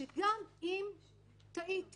שגם אם טעיתי